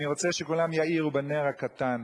אני רוצה שכולם יאירו בנר הקטן,